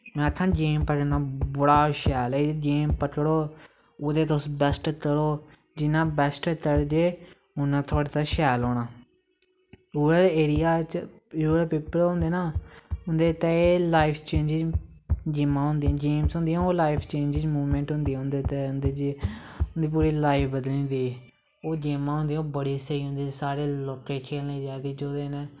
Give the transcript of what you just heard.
में आखनां गेम पकड़नां बड़ा शैल ऐ इक गेम पकड़ो ओह्दे च तुस बैस्ट करो जियां बैस्ट करगे उआं थोआड़े तै शैल होनां रूरल एरिया चे जेह्ड़े पेपर होंदे ना उंदै तै लाईफ गेमां होंदियां गेमस होंदियां ओह् लाईफ चेंजिंग मूवमैंट होंदियां उंदै तै उंदी पूरी लाईफ बदली जंदी ओह् गेमां होंदियां बड़ियां स्हेई होंदियां सारें लोकें गी खेलनियां चाही दियां जेह्दे कन्नैं